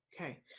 Okay